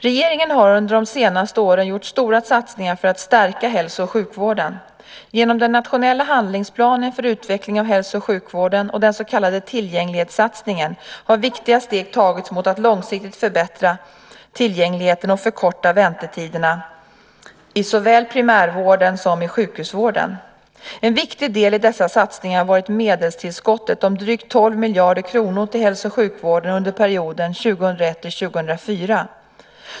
Regeringen har under de senaste åren gjort stora satsningar för att stärka hälso och sjukvården. Genom den nationella handlingsplanen för utveckling av hälso och sjukvården och den så kallade tillgänglighetssatsningen har viktiga steg tagits mot att långsiktigt förbättra tillgängligheten och förkorta väntetiderna såväl i primärvården som i sjukhusvården. En viktig del i dessa satsningar har varit medelstillskottet om drygt 12 miljarder kronor till hälso och sjukvården under perioden 2001-2004.